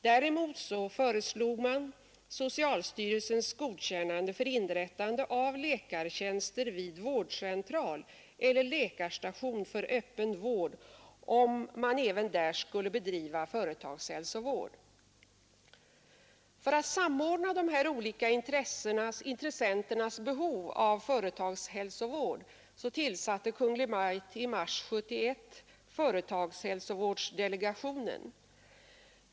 Däremot föreslog man socialstyrelsens godkännande för inrättande av läkartjänster vid vårdcentral eller läkarstation för öppen vård, om det även där skulle bedrivas För att samordna de olika intressenternas behov av företagshälsovård tillsatte Kungl. Maj:t i mars 1971 företagshälsovårdsdelegationen.